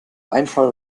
einfall